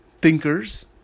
thinkers